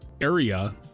area